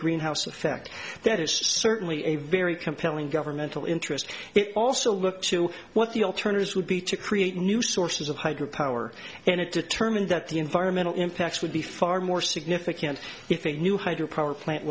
greenhouse effect that is certainly a very compelling governmental interest it also looks to what the alternatives would be to create new sources of hydro power and it determined that the environmental impacts would be far more significant if a new hydro power plant